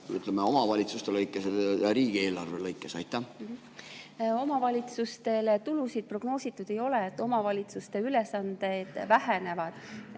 ütleme, omavalitsuste lõikes ja riigieelarve lõikes? Omavalitsustele tulusid prognoositud ei ole, omavalitsuste ülesanded vähenevad.